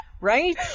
Right